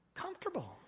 comfortable